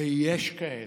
ויש כאלה.